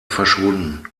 verschwunden